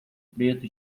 preto